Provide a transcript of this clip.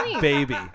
baby